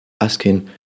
asking